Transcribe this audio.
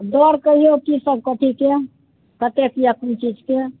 दर कहियौ की सब कथी के कतेक अइ कोन चीज के